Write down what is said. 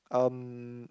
um